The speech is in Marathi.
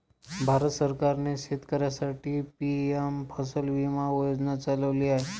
भारत सरकारने शेतकऱ्यांसाठी पी.एम फसल विमा योजना चालवली आहे